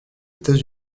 états